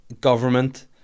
government